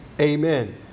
Amen